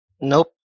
Nope